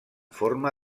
forma